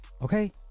okay